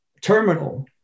terminal